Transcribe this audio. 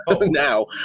now